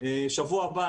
בשבוע הבא,